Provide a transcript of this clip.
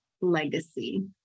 legacy